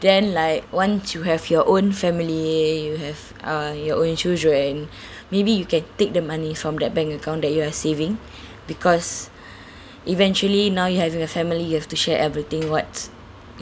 then like once you have your own family you have uh your own children maybe you can take the money from that bank account that you are saving because eventually now you having a family you have to share everything what's